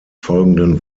folgenden